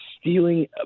stealing